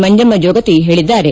ಮಂಜಮ್ನ ಜೋಗತಿ ಹೇಳಿದ್ದಾರೆ